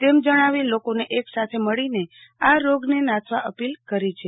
તેમ જણાવી લોકોને એક સાથે મળીને આ રોગને નાથવા અપીલ કરી છે